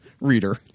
reader